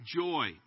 joy